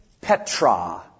petra